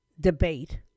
debate